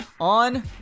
on